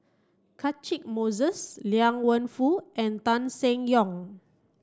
Catchick Moses Liang Wenfu and Tan Seng Yong